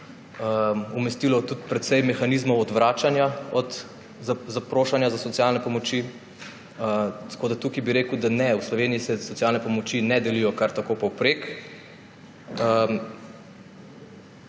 umestilo tudi precej mehanizmov odvračanja od zaprošanja za socialne pomoči. Tako da tukaj bi rekel, da ne, v Sloveniji se socialne pomoči ne delijo kar tako povprek.